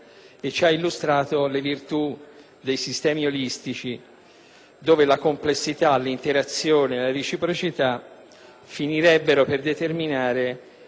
cui la complessità, l'interazione, la reciprocità finirebbero per determinare i caratteri di un universo indeterminato.